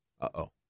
Uh-oh